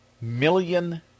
million